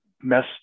mess